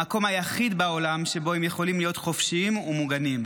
המקום היחיד בעולם שבו הם יכולים להיות חופשיים ומוגנים.